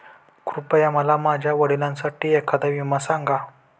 कृपया मला माझ्या वडिलांसाठी एखादा विमा सांगा